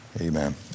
Amen